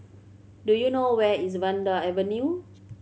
do you know where is Vanda Avenue